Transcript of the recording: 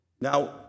Now